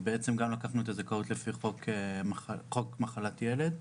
בעצם גם לקחנו את הזכאות לפי חוק מחלת ילד,